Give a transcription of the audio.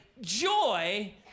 joy